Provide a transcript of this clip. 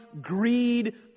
greed